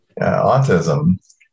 autism